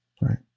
Right